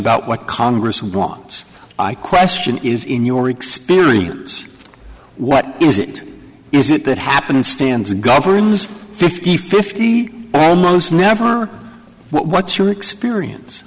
about what congress wants i question is in your experience what is it is it that happenstance governs fifty fifty almost never what your experience